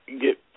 get